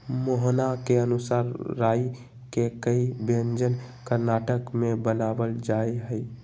मोहना के अनुसार राई के कई व्यंजन कर्नाटक में बनावल जाहई